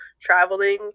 traveling